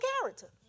character